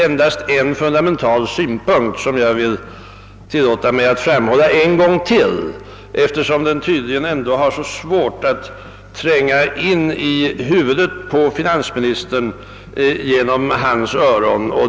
En fundamental synpunkt vill jag emellertid framhålla ännu en gång, eftersom den tydligen har haft mycket svårt att tränga in i huvudet på finansministern genom hans öron.